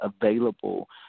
available